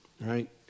right